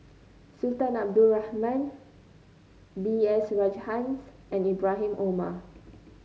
Sultan Abdul Rahman B S Rajhans and Ibrahim Omar